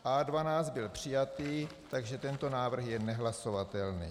A12 byl přijatý, takže tento návrh je nehlasovatelný.